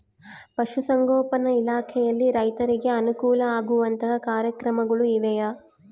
ಪಶುಸಂಗೋಪನಾ ಇಲಾಖೆಯಲ್ಲಿ ರೈತರಿಗೆ ಅನುಕೂಲ ಆಗುವಂತಹ ಕಾರ್ಯಕ್ರಮಗಳು ಇವೆಯಾ?